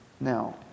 Now